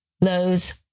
lows